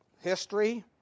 history